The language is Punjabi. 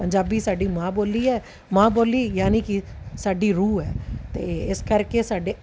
ਪੰਜਾਬੀ ਸਾਡੀ ਮਾਂ ਬੋਲੀ ਹੈ ਮਾਂ ਬੋਲੀ ਯਾਨੀ ਕਿ ਸਾਡੀ ਰੂਹ ਹੈ ਅਤੇ ਇਸ ਕਰਕੇ ਸਾਡੇ